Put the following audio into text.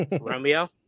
Romeo